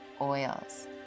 oils